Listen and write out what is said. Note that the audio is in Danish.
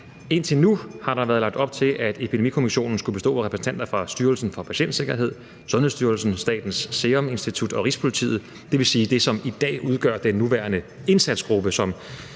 Indtil nu har der været lagt op til, at epidemikommissionen skulle bestå af repræsentanter fra Styrelsen for Patientsikkerhed, Sundhedsstyrelsen, Statens Serum Institut og Rigspolitiet, dvs. det, som i dag udgør den nuværende indsatsgruppe,